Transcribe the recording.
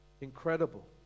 incredible